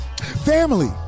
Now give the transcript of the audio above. Family